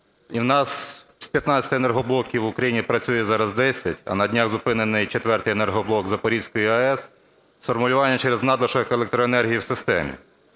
і у нас з 15 енергоблоків в Україні працює зараз 10, а на днях зупинений 4-й енергоблок Запорізької АЕС з формулюванням через надлишок електроенергії в системі.